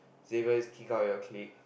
Xavier is kick out of your clique